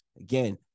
Again